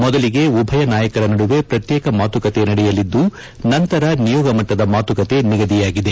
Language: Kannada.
ಮೊದಲಿಗೆ ಉಭಯ ನಾಯಕರ ನಡುವೆ ಪ್ರತ್ಯೇಕ ಮಾತುಕತೆ ನಡೆಯಲಿದ್ದು ನಂತರ ನಿಯೋಗ ಮಟ್ಟದ ಮಾತುಕತೆ ನಿಗದಿಯಾಗಿದೆ